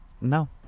No